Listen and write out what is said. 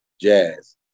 jazz